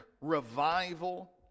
revival